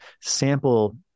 sample